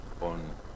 on